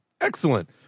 Excellent